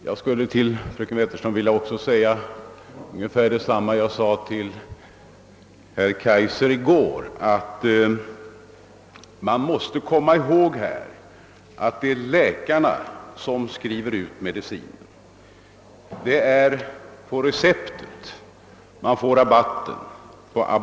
Jag vill till fröken Wetterström säga ungefär detsamma som jag sade till herr Kaijser i går, nämligen att man måste hålla i minnet att det är läkarna som skriver ut medicin. Det är på receptet som läkemedelsrabatten utgår.